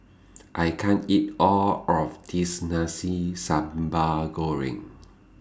I can't eat All of This Nasi Sambal Goreng